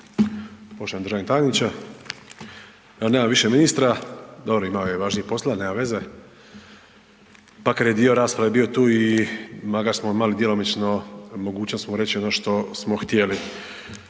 Poštovani državni tajniče, nema više ministra. Dobro, imao je važnijeg posla, nema veze makar je dio rasprave bio tu i makar smo imali djelomično mogućnost mu reći ono što smo htjeli.